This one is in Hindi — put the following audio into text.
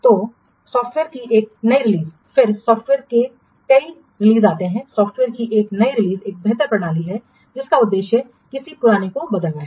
तो सॉफ्टवेयर की एक नई रिलीज फिर सॉफ्टवेयर के कई रिलीज आते हैं सॉफ्टवेयर की एक नई रिलीज एक बेहतर प्रणाली है जिसका उद्देश्य किसी पुराने को बदलना है